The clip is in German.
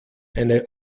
eine